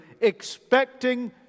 expecting